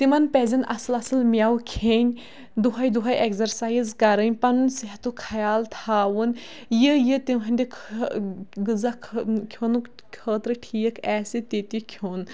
تِمَن پَزٮ۪ن اَصٕل اَصٕل مٮ۪وٕ کھیٚنۍ دۄہَے دۄہَے اٮ۪کزَرسایِز کَرٕنۍ پَنُن صحتُک خیال تھاوُن یہِ یہِ تِہٕنٛدِ خٲ غذا کھیوٚنُک خٲطرٕ ٹھیٖک آسہِ تہِ تہِ کھیوٚن